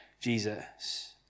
Jesus